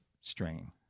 strain